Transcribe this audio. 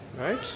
Right